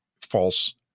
false